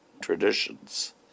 traditions